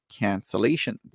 cancellations